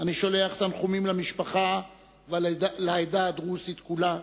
אני שולח תנחומים למשפחה ולעדה הדרוזית כולה,